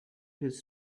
his